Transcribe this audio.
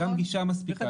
גם גישה מספיקה.